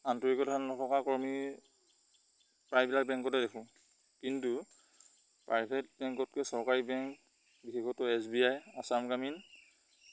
আন্তৰিকতাৰ নথকা কৰ্মি প্ৰায়বিলাক বেংকতে দেখোঁ কিন্তু প্ৰাইভেট বেংকতকৈ চৰকাৰী বেংক বিশেষত S B I Assam Gramin